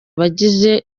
abagize